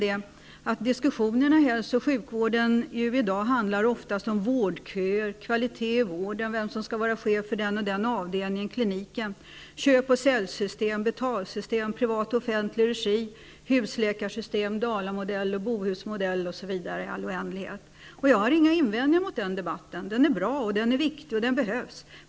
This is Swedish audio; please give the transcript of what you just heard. Diskussionerna om hälso och sjukvården handlar i dag oftast om vårdköer, kvalitet i vården, vem som skall vara chef för vissa avdelningar och kliniker, köp och säljsystem, betalsystem, privat och offentlig regi, husläkarsystem, Dalamodellen, Bohusmodellen osv. i all oändlighet. Jag har inga invändningar mot den debatten. Den är bra och viktig, och den behövs.